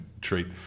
treat